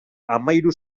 hamahiru